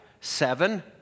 seven